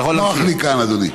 נוח לי כאן, אדוני,